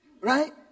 right